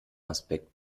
aspekt